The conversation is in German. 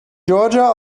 georgia